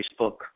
facebook